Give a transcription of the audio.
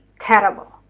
terrible